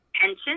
pension